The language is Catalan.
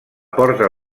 porta